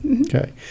Okay